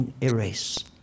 erase